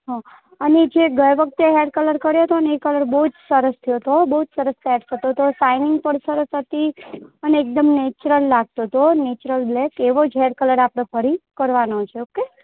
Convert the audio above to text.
હા અને જે ગયે વખતે હેર કલર કર્યો હતો તે એ હેર કલર બહુ જ સરસ થયો હતો બહુ જ સરસ સેટ થતો હતો શાઇનિંગ પણ સરસ હતી અને એકદમ નેચરલ લાગતો હતો નેચરલ બ્લેક એવો જ હેર કલર આપણે ફરી કરવાનો છે ઓકે